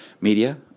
media